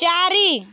ଚାରି